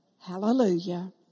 Hallelujah